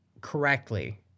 correctly